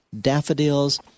daffodils